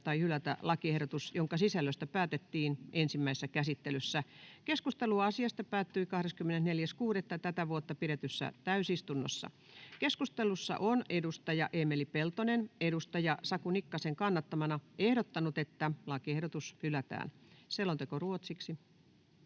tai hylätä lakiehdotukset, joiden sisällöstä päätettiin ensimmäisessä käsittelyssä. Keskustelu asiasta päättyi 24.6.2024 pidetyssä täysistunnossa. Keskustelussa edustaja Krista Mikkonen on edustaja Hanna Sarkkisen kannattamana ehdottanut, että lakiehdotukset hylätään. Lisäksi